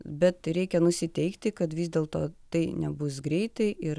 bet reikia nusiteikti kad vis dėlto tai nebus greitai ir